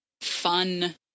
fun